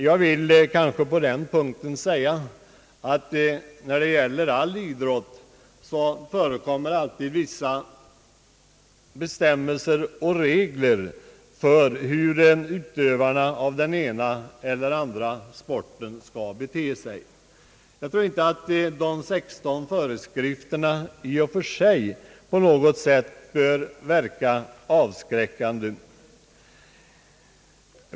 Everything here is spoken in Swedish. Jag vill på denna punkt säga att det när det gäller all idrott alltid förekommer vissa bestämmelser för hur utövarna av den ena eller andra sporten skall bete sig. Jag tror inte att de 16 föreskrifterna i och för sig på något sätt bör verka avskräckande.